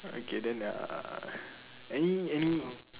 okay then uh any any